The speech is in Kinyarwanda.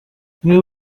niba